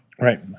Right